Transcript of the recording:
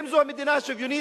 האם זו מדינה שוויונית?